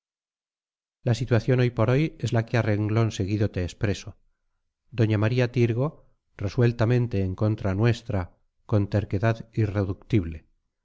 la situación hoy por hoy es la que a renglón seguido te expreso doña maría tirgo resueltamente en contra nuestra con terquedad irreductible